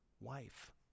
wife